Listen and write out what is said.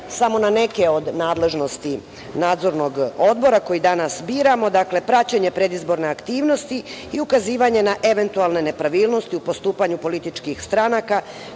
samo na neke od nadležnosti Nadzornog odbora koji danas biramo. Dakle, praćenje predizborne aktivnosti i ukazivanje na eventualne nepravilnosti u postupanju političkih stranaka,